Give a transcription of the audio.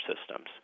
systems